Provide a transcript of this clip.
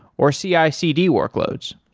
or cicd workloads